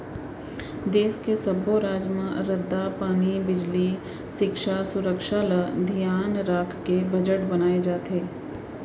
देस के सब्बो राज म रद्दा, पानी, बिजली, सिक्छा, सुरक्छा ल धियान राखके बजट बनाए जाथे